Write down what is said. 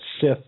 Sith